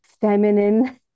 feminine